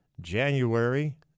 January